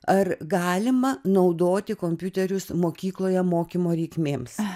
ar galima naudoti kompiuterius mokykloje mokymo reikmėms